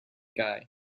guy